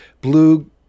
blue